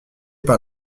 par